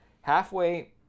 Halfway